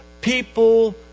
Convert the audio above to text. people